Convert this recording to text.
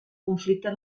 conflicte